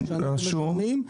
כן, רשום.